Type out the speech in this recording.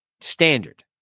standard